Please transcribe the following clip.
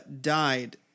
died